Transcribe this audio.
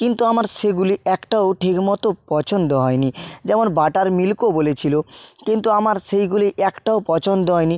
কিন্তু আমার সেগুলি একটাও ঠিক মতো পছন্দ হয়নি যেমন বাটার মিল্কও বলেছিল কিন্তু আমার সেইগুলি একটাও পছন্দ হয়নি